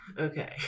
Okay